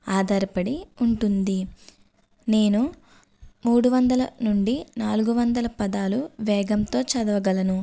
ఆధారపడి ఉంటుంది నేను మూడు వందలు నుండి నాలుగు వందల పదాలు వేగంతో చదవగలను